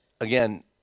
again